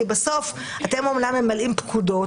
כי בסוף אתם אמנם ממלאים פקודות,